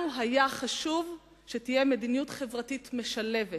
לנו היה חשוב שתהיה מדיניות חברתית משלבת